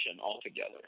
altogether